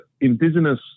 Indigenous